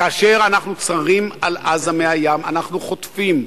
כאשר אנחנו צרים על עזה מהים אנחנו חוטפים,